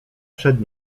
przed